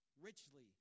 Richly